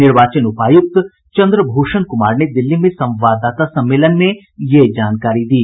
निर्वाचन उपायुक्त चंद्र भूषण कुमार ने दिल्ली में संवाददाता सम्मेलन में यह जानकारी दी